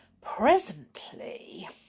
Presently